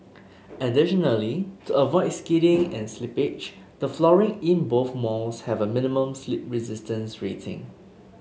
additionally to avoid skidding and slippage the flooring in both malls have a minimum slip resistance rating